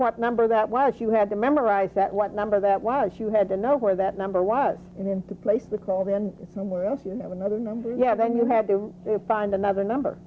what number that was you had to memorize that what number that was you had to know where that number was in to place the call then somewhere else you know another number yeah then you had to find another number